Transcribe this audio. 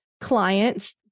clients